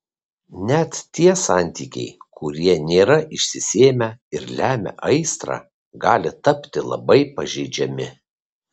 net tie santykiai kurie nėra išsisėmę ir lemia aistrą gali tapti labai pažeidžiami